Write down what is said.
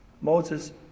Moses